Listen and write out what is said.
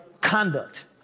conduct